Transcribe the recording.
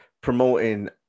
promoting